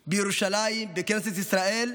בירושלים, בכנסת ישראל.